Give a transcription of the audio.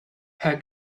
her